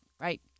Right